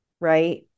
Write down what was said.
right